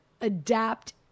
adapt